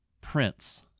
Prince